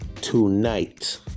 tonight